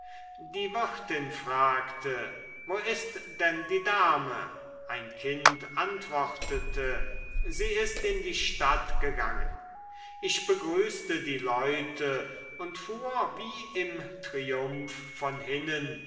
die wirtin fragte wo ist denn die dame ein kind antwortete sie ist in die stadt gegangen ich begrüßte die leute und fuhr wie im triumph von hinnen